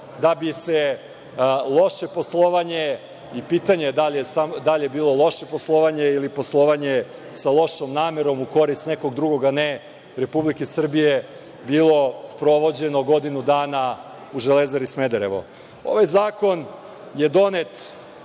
da bi se loše poslovanje i pitanje je da li je bilo loše poslovanje ili poslovanje sa lošom namerom u korist nekog drugog, a ne Republike Srbije, bilo sprovođeno godinu dana u „Železari Smederevo“.Ovaj zakon je donet